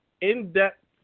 in-depth